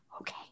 Okay